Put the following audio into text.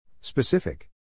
Specific